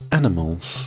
animals